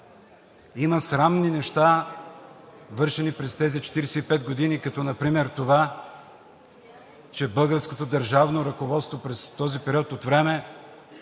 Има срамни неща, вършени през тези 45 години, като например това, че българското държавно ръководство през този период от време